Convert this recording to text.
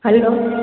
hello